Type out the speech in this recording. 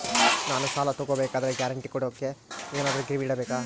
ನಾನು ಸಾಲ ತಗೋಬೇಕಾದರೆ ಗ್ಯಾರಂಟಿ ಕೊಡೋಕೆ ಏನಾದ್ರೂ ಗಿರಿವಿ ಇಡಬೇಕಾ?